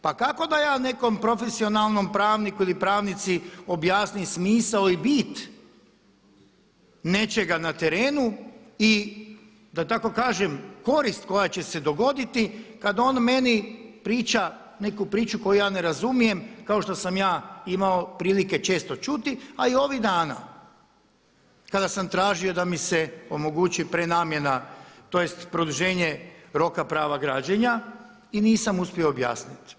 Pa kako da ja nekom profesionalnom pravniku ili pravnici objasnim smisao i bit nečega na terenu i da tako kažem korist koja će se dogoditi kada on meni priča neku priču koju ja ne razumijem kao što sam ja imao prilike često čuti a i ovih dana kada sam tražio da mi se omogući prenamjena, tj. produženje roka prava građenja i nisam uspio objasniti.